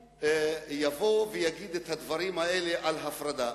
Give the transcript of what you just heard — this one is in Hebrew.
יבוא ויגיד את הדברים האלה על הפרדה?